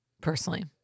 Personally